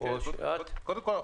קודם כל,